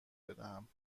بدهم